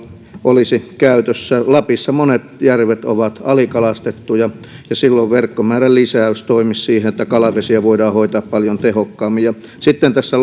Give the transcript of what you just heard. olisi käytössä lapissa monet järvet ovat alikalastettuja ja silloin verkkomäärän lisäys toimisi siinä että kalavesiä voidaan hoitaa paljon tehokkaammin sitten tässä